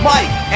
Mike